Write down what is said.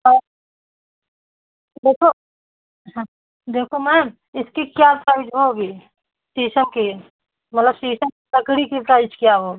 और देखो हाँ देखो मैम इसकी क्या प्राइज़ होगी शीशम की मतलब शीशम की लकड़ी की प्राइस क्या होगा